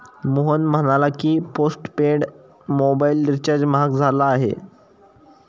मोहन म्हणाला की, postpaid mobile recharge महाग झाला आहे